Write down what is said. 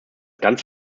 ganze